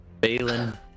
Balin